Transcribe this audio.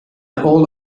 all